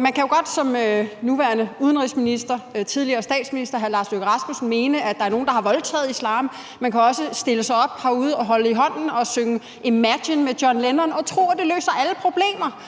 Man kan jo godt som nuværende udenrigsminister og tidligere statsminister hr. Lars Løkke Rasmussen mene, at der er nogen, der har voldtaget islam. Man kan også stille sig op herude, holde hinanden i hånden og synge »Imagine« med John Lennon og tro, at det løser alle problemer.